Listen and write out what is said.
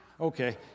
Okay